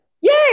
yay